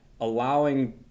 allowing